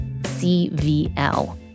CVL